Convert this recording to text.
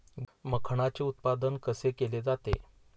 मखाणाचे उत्पादन कसे केले जाते?